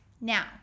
Now